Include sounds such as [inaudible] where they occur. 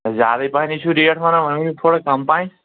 زیٛادَے پہَنَے چھُو ریٹ وَنان [unintelligible] تھوڑا کم پہن